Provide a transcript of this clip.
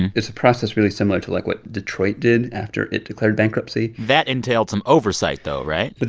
it's a process really similar to, like, what detroit did after it declared bankruptcy that entailed some oversight though, right? but